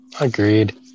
Agreed